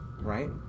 right